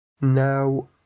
Now